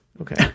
Okay